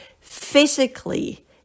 physically